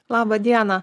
laba diena